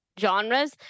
genres